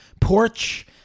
porch